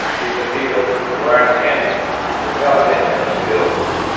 these are people who are intent on developing their skills,